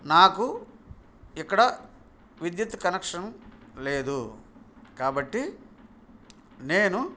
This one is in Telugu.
నాకు ఇక్కడ విద్యుత్ కనెక్షన్ లేదు కాబట్టి నేను